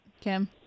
Kim